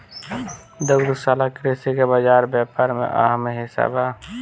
दुग्धशाला कृषि के बाजार व्यापार में अहम हिस्सा बा